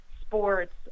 sports